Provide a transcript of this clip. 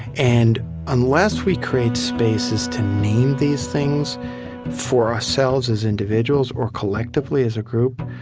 and unless we create spaces to name these things for ourselves as individuals or collectively as a group,